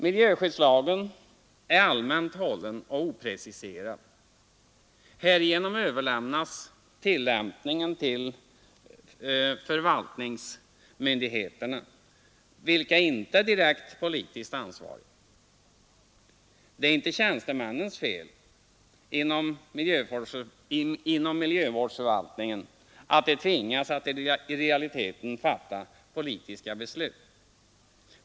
Miljöskyddslagen är allmänt hållen och opreciserad. Härigenom överlämnas tillämpningen till förvaltningsmyndigheterna, vilka inte är direkt politiskt ansvariga. Det är inte tjänstemännens fel, inom miljövårdsförvaltningen, att de tvingas att i realiteten fatta politiska beslut.